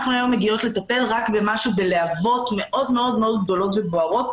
אנחנו מגיעות היום לטפל רק בלהבות מאוד גדולות ובוערות.